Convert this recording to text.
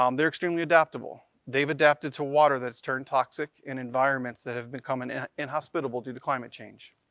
um they're extremely adaptable. they've adapted to water that's turned toxic in environments that have become and inhospitable due to climate change.